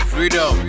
Freedom